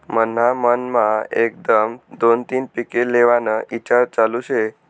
मन्हा मनमा एकदम दोन तीन पिके लेव्हाना ईचार चालू शे